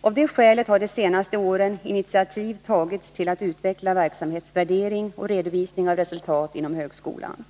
Av det skälet har de senaste åren initiativ tagits till att utveckla verksamhetsvärdering och redovisning av resultat inom högskolan.